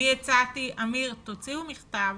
אמיר, תוציאו מכתב